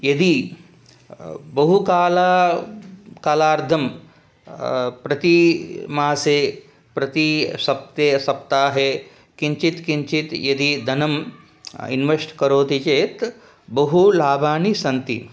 यदि बहुकालं कालार्थं प्रतिमासे प्रतिसप्ते सप्ताहे किञ्चित् किञ्चित् यदि धनम् इन्वेस्ट् करोति चेत् बहु लाभानि सन्ति